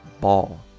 ball